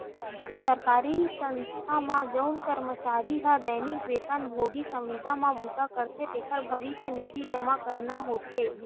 सरकारी संस्था म जउन करमचारी ह दैनिक बेतन भोगी, संविदा म बूता करथे तेखर भविस्य निधि जमा करना होथे